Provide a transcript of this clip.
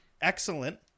excellent